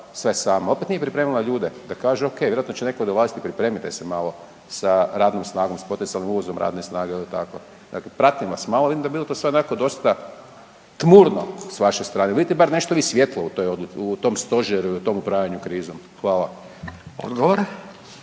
sve samo, opet nije pripremila ljude da kažu okej vjerojatno će netko dolaziti, pripremite se malo sa radnom snagom, s …/Govornik se ne razumije/…uvozom radne snage ili tako. Dakle, pratim vas malo, vidim da bilo je to sve onako dosta tmurno s vaše strane, vidite li bar nešto vi svijetlo u tom stožeru i u tom upravljanju krizom? Hvala. **Radin,